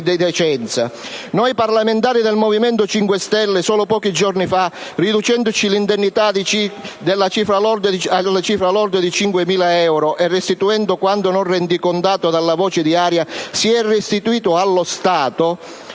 Noi parlamentari del Movimento 5 Stelle, solo pochi giorni fa, riducendoci l'indennità alla cifra lorda di 5.000 euro e restituendo quanto non rendicontato della voce diaria, abbiamo restituito allo Stato